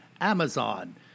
Amazon